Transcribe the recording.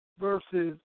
versus